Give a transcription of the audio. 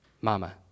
Mama